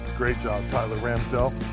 great job, tyler ramsdell.